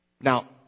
Now